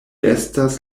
estas